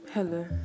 Hello